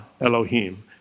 Elohim